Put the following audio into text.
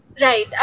Right